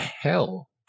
hell